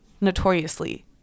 notoriously